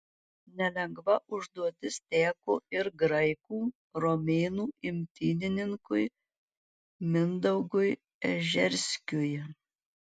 nelengva užduotis teko ir graikų romėnų imtynininkui mindaugui ežerskiui